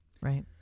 Right